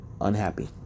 unhappy